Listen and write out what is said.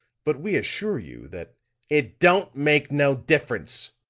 but we assure you that it don't make no difference,